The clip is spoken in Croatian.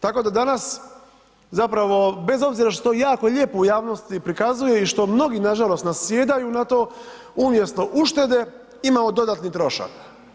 Tako da danas, zapravo, bez obzira što se to jako lijepo u javnosti pokazuje i što mnogi, nažalost nasjedaju na to, umjesto uštede, imamo dodati trošak.